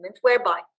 whereby